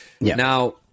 Now